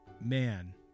man